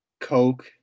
coke